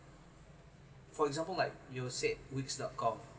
for example like you said wix dot com